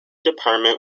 department